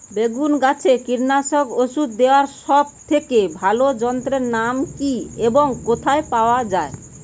বেগুন গাছে কীটনাশক ওষুধ দেওয়ার সব থেকে ভালো যন্ত্রের নাম কি এবং কোথায় পাওয়া যায়?